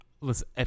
Listen